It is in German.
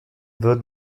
würde